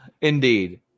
Indeed